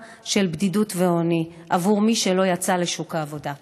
של בדידות ועוני עבור מי שלא יצא לשוק העבודה.